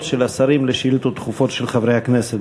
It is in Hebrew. של השרים על שאילתות דחופות של חברי הכנסת.